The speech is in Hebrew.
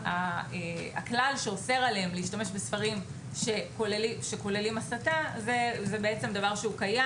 הכלל שאוסר עליהם להשתמש בספרים שכוללים חומרי הסתה הוא דבר שקיים,